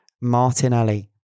Martinelli